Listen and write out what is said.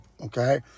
okay